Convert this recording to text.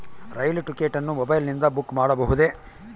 ರೈಲು ticket ಅನ್ನು ಮೊಬೈಲಿಂದ book ಮಾಡಬಹುದೆ?